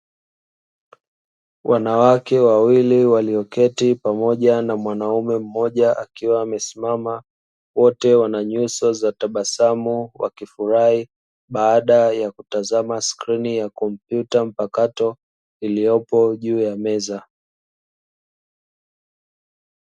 Wanawake wawili walioketi pamoja na mwanaume mmoja akiwa amesimama, wote wana nyuso za tabasamu wakifurahia, baada ya kutazama skrini ya kompyuta mpakato, iliyopo juu ya meza.